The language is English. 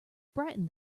brightened